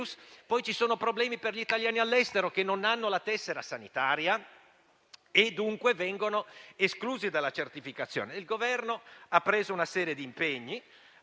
sono poi problemi per gli italiani all'estero, che non hanno la tessera sanitaria e, dunque, vengono esclusi dalla certificazione. Il Governo ha assunto una serie di impegni